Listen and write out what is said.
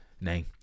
name